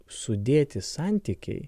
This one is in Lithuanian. sudėti santykiai